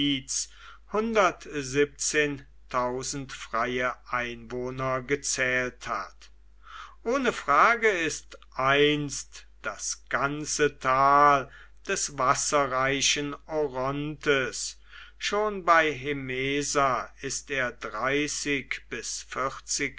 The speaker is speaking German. einwohner gezählt hat ohne frage ist einst das ganze tal des wasserreichen orontes schon bei hemesa ist er